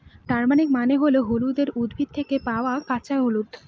turmeric মানে হল হলুদের উদ্ভিদ থেকে পাওয়া কাঁচা হলুদ